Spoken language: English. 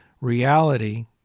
reality